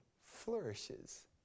flourishes